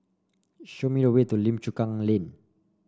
show me the way to Lim Chu Kang Lane